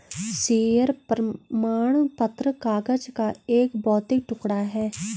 share प्रमाण पत्र कागज का एक भौतिक टुकड़ा है